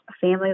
family